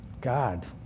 God